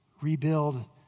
rebuild